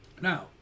Now